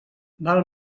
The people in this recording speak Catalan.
val